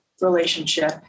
relationship